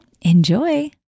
enjoy